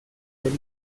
del